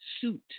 suit